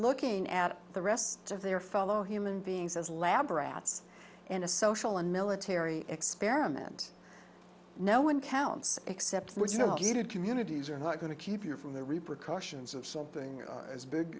looking at the rest of their fellow human beings as lab rats in a social and military experiment no one counts except what you know he did communities are not going to keep you from the repercussions of something as big